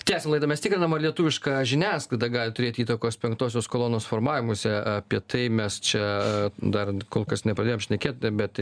tęsiam laidą mes tikrinam ar lietuviška žiniasklaida gali turėti įtakos penktosios kolonos formavimuisi apie tai mes čia dar kol kas nepradėjom šnekėti bet